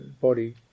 body